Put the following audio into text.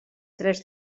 tres